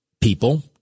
people